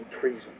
treason